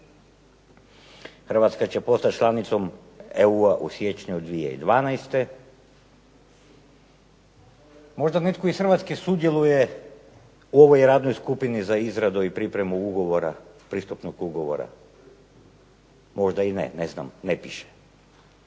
Hrvatska će postati članicom EU-a u siječnju 2012. Možda netko iz Hrvatske sudjeluje u ovoj radnoj skupini za izradu i pripremu ugovora, pristupnog ugovora, možda i ne, ne znam, ne piše.